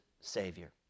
savior